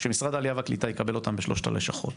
שמשרד העלייה והקליטה יקבל אותם בשלוש הלשכות.